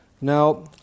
Now